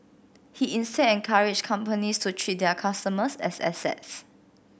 he instead encouraged companies to treat their customers as assets